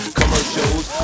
commercials